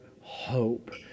hope